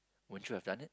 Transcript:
won't you have done it